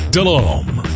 DeLome